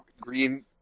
green